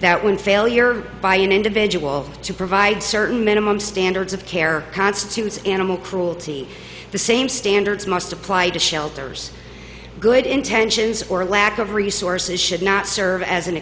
that when failure by an individual to provide certain minimum standards of care constitutes animal cruelty the same standards must apply to shelters good intentions or lack of resources should not serve as an